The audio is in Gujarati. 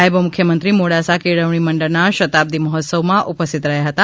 નાયબ મુખ્યમંત્રી મોડાસા કેળવણી મંડળના શતાબ્દી મહોત્સવમાં ઉપસ્થિત રહ્યા હતા